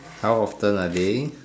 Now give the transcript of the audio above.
how often a day